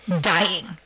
dying